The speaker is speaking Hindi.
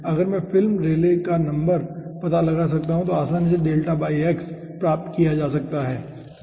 अगर मैं फिल्म रेले नंबर का पता लगा सकता हूं तो आसानी से प्राप्त किया जा सकता है ठीक है